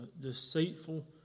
deceitful